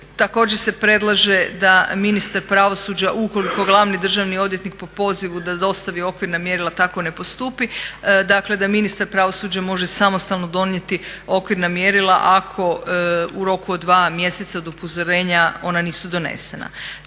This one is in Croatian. Također se predlaže da ministar pravosuđa ukoliko glavni državni odvjetnik po pozivu da dostavi okvirna mjerila tako ne postupi, dakle da ministar pravosuđa može samostalno donijeti okvirna mjerila ako u roku od dva mjeseca od upozorenja ona nisu donesena.